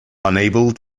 unable